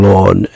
Lord